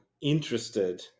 interested